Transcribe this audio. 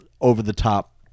over-the-top